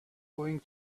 going